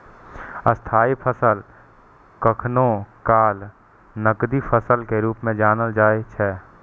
स्थायी फसल कखनो काल नकदी फसल के रूप मे जानल जाइ छै